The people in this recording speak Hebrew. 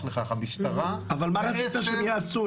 לכך המשטרה --- אבל מה רצית שהם יעשו,